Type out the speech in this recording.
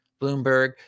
Bloomberg